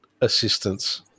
assistance